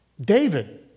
David